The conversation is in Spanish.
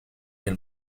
del